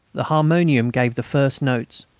the harmonium gave the first notes,